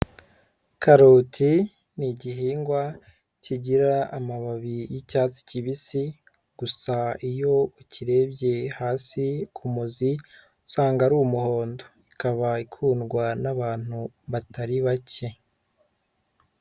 Karoti ni igihingwa kigira amababi y'icyatsi kibisi, gusa iyo ukirebye hasi ku muzi usanga ari umuhondo, ikaba ikundwa n'abantu batari bake.